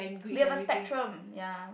they have a spectrum ya